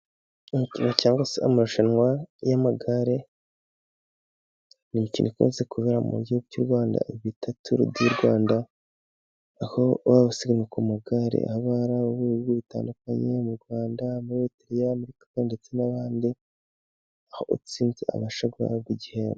Imikino cyangwa se amarushanwa y' amagare, ni imikino ikunze kubera mu gihugu cy' u Rwanda bita turu di Rwanda ,aho abasiganwa ku magare aba ari ibihugu bitandukanye ,mu Rwanda, muri etireya, ndetse n' abandi aho utsinze abasha guhabwa igihembo.